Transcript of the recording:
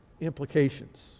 implications